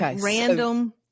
random